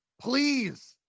please